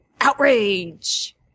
outrage